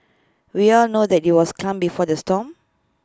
we all know that IT was calm before the storm